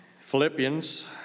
Philippians